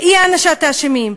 באי-הענשת האשמים,